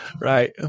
Right